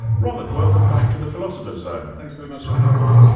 robert, welcome back to the philosopher's zone. thanks very much for having me.